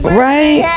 right